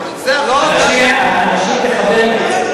אני מקווה שייתנו לנשים לשמוע את,